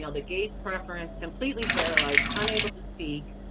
the gaze preference, completely paralyzed, unable to speak,